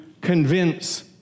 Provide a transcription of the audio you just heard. convince